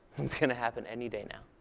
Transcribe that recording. it's going to happen any day now.